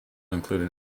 included